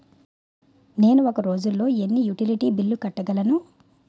నేను ఒక రోజుల్లో ఎన్ని యుటిలిటీ బిల్లు కట్టగలను?